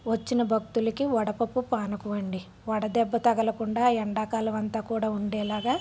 వచ్చిన భక్తులకు వడపప్పు పానకం అండి వడ దెబ్బ తగలకుండా ఎండాకాలం అంతా కూడా ఉండేలాగా